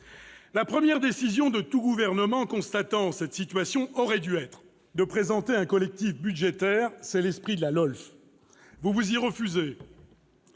La première décision de tout gouvernement constatant une telle situation aurait dû être de présenter un collectif budgétaire, dans l'esprit de la LOLF. Vous vous y refusez.